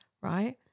Right